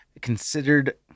Considered